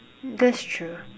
hmm that's true